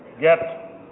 get